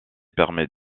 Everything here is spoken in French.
permet